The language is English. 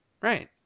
Right